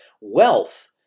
Wealth